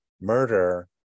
murder